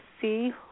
see